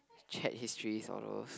chat history sort of